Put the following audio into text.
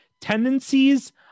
tendencies